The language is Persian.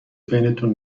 بینتون